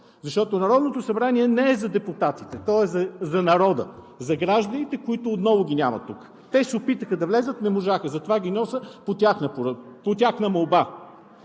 Защото Народното събрание не е за депутатите, то е за народа, за гражданите, които отново ги няма тук. Те се опитаха да влязат, не можаха. Затова ги нося (пак